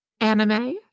anime